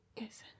Yes